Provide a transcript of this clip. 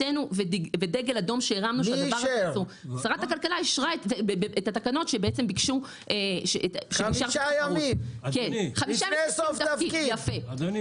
איך נעשה תיקון כזה חמישה ימים לפני סיום תפקיד של בן אדם,